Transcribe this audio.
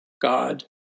God